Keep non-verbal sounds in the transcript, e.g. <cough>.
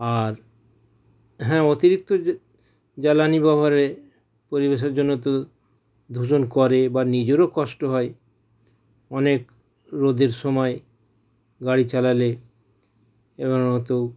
আর হ্যাঁ অতিরিক্ত জা জ্বালানি ব্যবহারে পরিবেশের জন্য তো দূষণ করে বা নিজেরও কষ্ট হয় অনেক রোদের সময় গাড়ি চালালে <unintelligible> অত